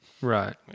Right